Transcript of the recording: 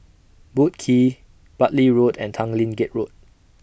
Boat Quay Bartley Road and Tanglin Gate Road